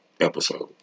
episode